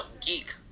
geek